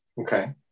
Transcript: okay